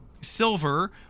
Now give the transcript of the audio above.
silver